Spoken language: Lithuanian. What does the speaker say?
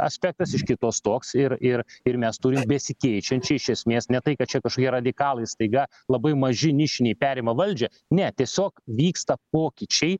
aspektas iš kitos toks ir ir ir mes turim besikeičiančią iš esmės ne tai kad čia kažkokie radikalai staiga labai maži nišiniai perima valdžią ne tiesiog vyksta pokyčiai